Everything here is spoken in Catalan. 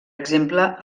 exemple